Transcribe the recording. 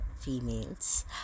females